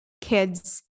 kids